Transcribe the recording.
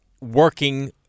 working